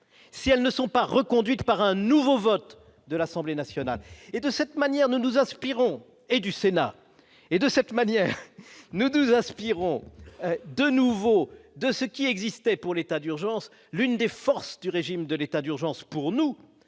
si elles ne sont pas reconduites par un nouveau vote de l'Assemblée nationale et de cette manière nous aspirons et du Sénat et de cette manière, nous nous aspirons de nouveau de ce qui existait pour l'état d'urgence, l'une des forces du régime de l'état d'urgence, pour nous